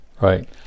Right